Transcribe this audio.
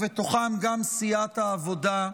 ובתוכם גם סיעת העבודה,